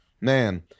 Man